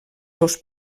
seus